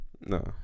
No